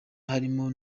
harimo